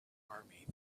army